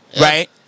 right